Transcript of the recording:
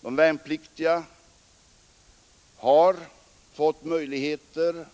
De värnpliktiga har fått möjligheter